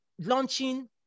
launching